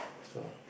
so